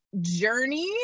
journey